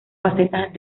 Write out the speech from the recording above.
facetas